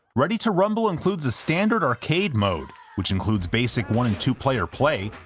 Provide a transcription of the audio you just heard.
ready two rumble includes a standard arcade mode, which includes basic one and two player play,